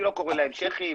אני לא קורא להם שייח'ים,